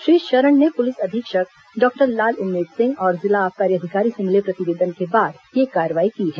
श्री शरण ने पुलिस अधीक्षक डॉक्टर लाल उमेद सिंह और जिला आबकारी अधिकारी से मिले प्रतिवेदन के बाद यह कार्रवाई की है